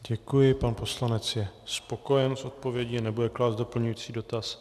Děkuji, pan poslanec je spokojen s odpovědí, nebude klást doplňující dotaz.